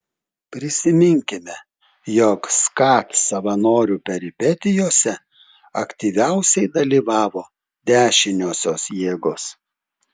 prisiminkime jog skat savanorių peripetijose aktyviausiai dalyvavo dešiniosios jėgos